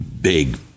big